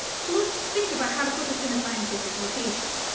so let's think about how to put this into scientific notation.